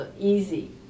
easy